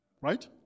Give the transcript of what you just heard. right